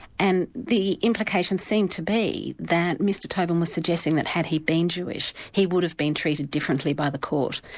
and the implication seemed to be that mr toben was suggesting that had he been jewish, he would have been treated differently by the court.